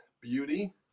beauty